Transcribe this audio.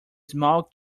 small